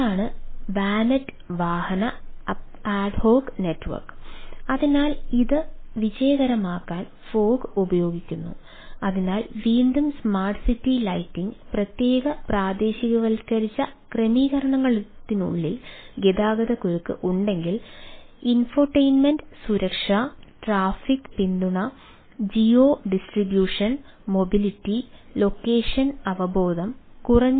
അതാണ് VANET വാഹന ad hoc network